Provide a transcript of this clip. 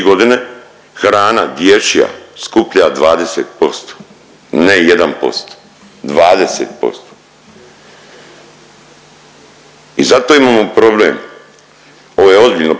godine, hrana dječja skuplja 20%, ne 1%, 20%. I zato imamo problem, ovo je ozbiljno